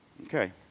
Okay